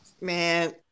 Man